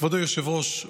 כבוד היושב-ראש,